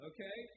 Okay